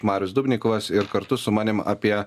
marius dubnikovas ir kartu su manim apie